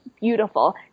beautiful